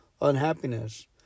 unhappiness